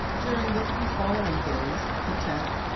during the three following days, the tenth,